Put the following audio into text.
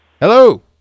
Hello